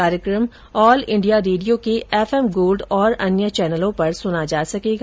कार्यक्रम All India Radio के F M Gold और अन्य चैनलों पर सुना जा सकेगा